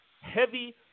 heavy